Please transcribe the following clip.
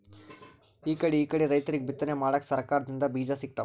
ಇಕಡಿಕಡಿ ರೈತರಿಗ್ ಬಿತ್ತನೆ ಮಾಡಕ್ಕ್ ಸರಕಾರ್ ದಿಂದ್ ಬೀಜಾ ಸಿಗ್ತಾವ್